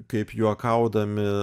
kaip juokaudami